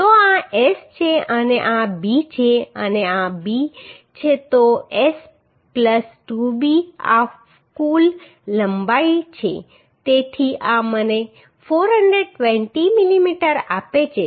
તો આ S છે અને આ b છે અને આ b છે તો S 2 b આ કુલ લંબાઈ છે તેથી આ મને 420 મિલીમીટર આપે છે